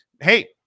hey